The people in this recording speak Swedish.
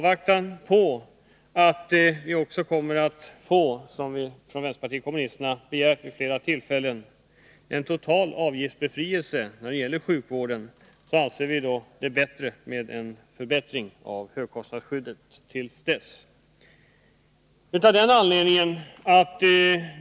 Vi har från vpk vid flera tillfällen begärt en total avgiftsbefrielse när det gäller sjukvård, och i avvaktan på en sådan vill vi åtminstone ha en förbättring av högkostnadsskyddet.